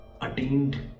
attained